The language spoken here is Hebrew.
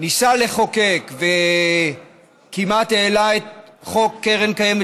ניסה לחוקק וכמעט העלה את חוק קרן קיימת